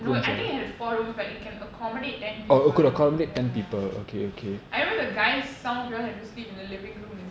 no I think it had four rooms but it can accommodate ten people ya ya I remember the guys some of y'all had to sleep in the living room is it